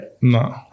No